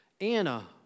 Anna